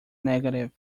negative